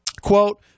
Quote